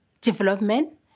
development